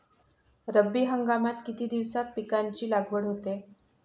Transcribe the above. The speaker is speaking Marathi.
रब्बी हंगामात किती दिवसांत पिकांची लागवड होते?